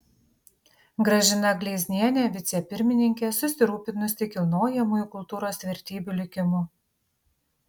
gražina gleiznienė vicepirmininkė susirūpinusi kilnojamųjų kultūros vertybių likimu